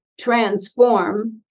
transform